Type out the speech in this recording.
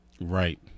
Right